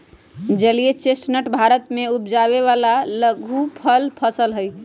जलीय चेस्टनट भारत में उपजावे वाला लघुफल फसल हई